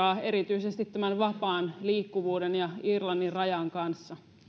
erityisesti vapaan liikkuvuuden ja irlannin rajan kanssa